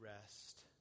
rest